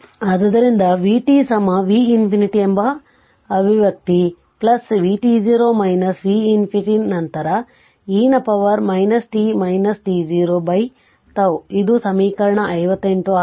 ಆದ್ದರಿಂದ ಇದು vt v ∞ ಎಂಬ ಅಭಿವ್ಯಕ್ತಿ vt0 v ∞ ನಂತರ e ನ ಪವರ್ t t0 by τ ಇದು ಸಮೀಕರಣ 58 ಆಗಿದೆ